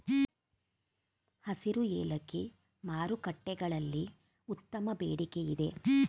ಹಸಿರು ಏಲಕ್ಕಿ ಮಾರುಕಟ್ಟೆಗಳಲ್ಲಿ ಉತ್ತಮ ಬೇಡಿಕೆಯಿದೆ